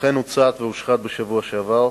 אכן הוצת והושחת בשבוע שעבר.